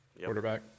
Quarterback